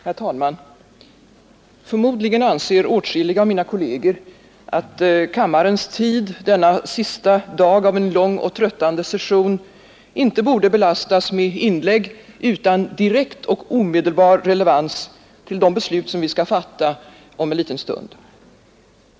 Herr talman! Förmodligen anser åtskilliga av mina kolleger att kammarens tid denna sista dag av en lång och tröttande session inte borde belastas med inlägg utan direkt och omedelbar relevans till de beslut som vi skall fatta om en liten stund.